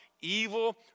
evil